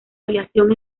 aviación